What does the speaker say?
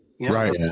Right